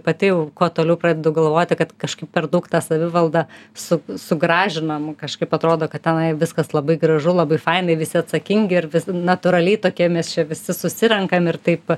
pati jau kuo toliau pradedu galvoti kad kažkaip per daug tą savivaldą su sugražinam kažkaip atrodo kad tenai viskas labai gražu labai fainai visi atsakingi ir vis natūraliai tokie mes čia visi susirenkam ir taip